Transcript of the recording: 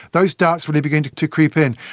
those doubts really began to to creep in.